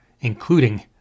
including